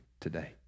today